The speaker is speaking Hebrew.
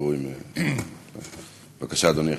בבקשה, אדוני.